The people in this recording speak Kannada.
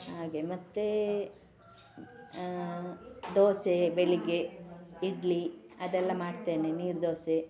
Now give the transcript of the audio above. ಹಾಗೆ ಮತ್ತೆ ದೋಸೆ ಬೆಳಿಗ್ಗೆ ಇಡ್ಲಿ ಅದೆಲ್ಲ ಮಾಡ್ತೇನೆ ನೀರುದೋಸೆ